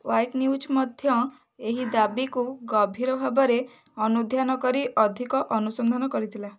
ୱାଇକ୍ news ମଧ୍ୟ ଏହି ଦାବିକୁ ଗଭୀର ଭାବରେ ଅନୁଧ୍ୟାନ କରି ଅଧିକ ଅନୁସନ୍ଧାନ କରିଥିଲା